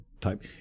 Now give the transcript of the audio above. type